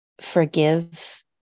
forgive